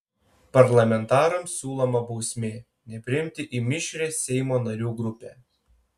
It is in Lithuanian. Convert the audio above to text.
parlamentarams siūloma bausmė nepriimti į mišrią seimo narių grupę